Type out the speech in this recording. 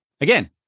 Again